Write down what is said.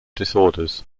disorders